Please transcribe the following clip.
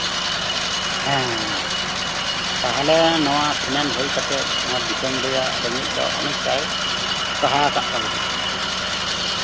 ᱦᱮᱸ ᱛᱟᱦᱚᱞᱮ ᱱᱚᱣᱟ ᱠᱮᱱᱮᱞ ᱦᱩᱭ ᱠᱟᱛᱮᱜ ᱱᱚᱣᱟ ᱫᱤᱥᱚᱢ ᱨᱮᱭᱟᱜ ᱨᱮᱸᱜᱮᱡ ᱫᱚ ᱚᱱᱮᱠᱴᱟᱭ ᱥᱟᱦᱟ ᱟᱠᱟᱫ ᱛᱟᱵᱳᱱᱟ